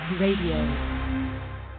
Radio